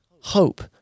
hope